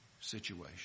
situation